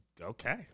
Okay